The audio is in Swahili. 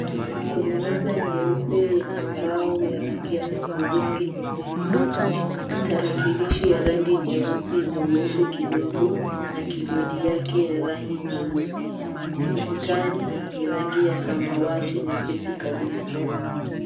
Kwenye meza nyeupe yenye mbao ya rangi ya hudhurungi nyepesi ina tarakilishi ya rangi nyeusi yenye wupe kidogo na kibodi ya rangi nyeusi. Ukutani ni rangi ya samawati nyepesi kabisa.